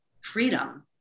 freedom